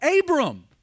Abram